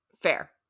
fair